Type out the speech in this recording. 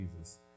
Jesus